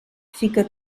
fica